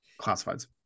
classifieds